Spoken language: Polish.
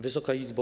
Wysoka Izbo!